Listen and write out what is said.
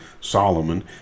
Solomon